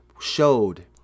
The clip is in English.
showed